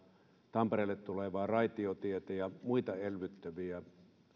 tampereelle tulevaa raitiotietä ja muita elvyttäviä nimenomaan